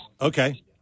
Okay